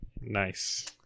nice